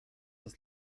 das